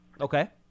Okay